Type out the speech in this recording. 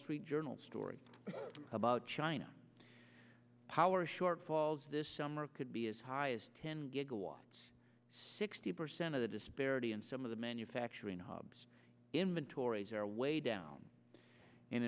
street journal story about china power shortfalls this summer could be as high as ten gigawatts sixty percent of the disparity in some of the manufacturing hubs inventories are way down and